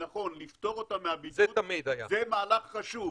לנכון לפטור אותם מהבידוד, זה מהלך חשוב.